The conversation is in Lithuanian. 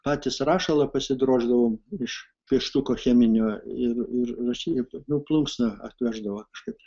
patys rašalą pasidroždavom iš pieštuko cheminio ir ir rašiklio tokią plunksną atveždavo kaip